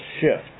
shift